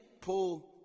pull